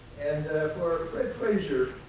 and for fred frayser,